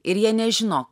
ir jie nežino